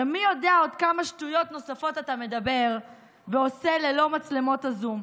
הרי מי יודע עוד כמה שטויות נוספות אתה מדבר ועושה ללא מצלמות הזום.